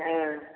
हँ